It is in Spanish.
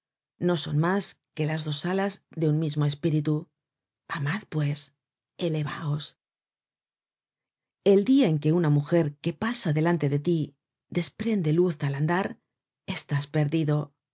no son mas que las dos alas de un mismo espíritu amad pues elevaos el dia en que una mujer que pasa delante de ti desprende luz al andar